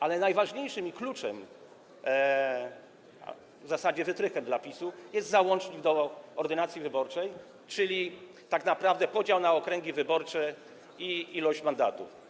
Ale najważniejszym kluczem, w zasadzie wytrychem dla PiS, jest załącznik do ordynacji wyborczej, czyli tak naprawdę podział na okręgi wyborcze i liczbę mandatów.